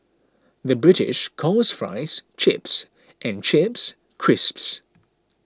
the British calls Fries Chips and Chips Crisps